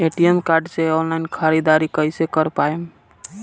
ATM card से online ख़रीदारी कइसे कर पाएम?